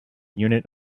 unit